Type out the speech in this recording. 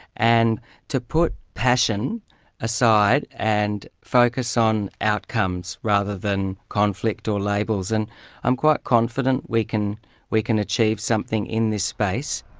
and to put passion aside and focus on outcomes rather than conflict or labels. and i'm quite confident we can we can achieve something in this space.